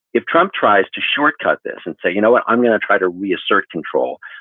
if trump tries to shortcut this and say, you know what, i'm going to try to reassert control.